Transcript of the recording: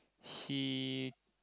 he